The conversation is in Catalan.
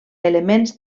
elements